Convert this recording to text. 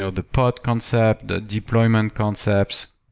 so the part concept, the deployment concepts,